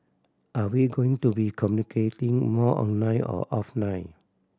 are we going to be communicating more online or offline